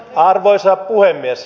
arvoisa puhemies